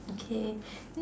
okay